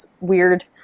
weird